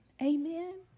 Amen